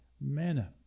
manner